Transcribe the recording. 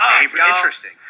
interesting